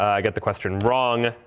i get the question wrong,